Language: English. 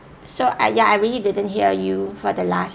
so I ya I really didn't hear you for the last